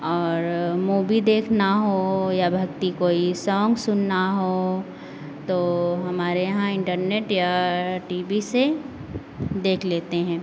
और मूबी देखना हो या भक्ति कोई सॉन्ग सुनना हो तो हमारे यहाँ इंटरनेट या टी बी से देख लेते हैं